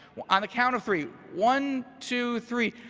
on the count of three, one, two, three.